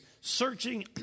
searching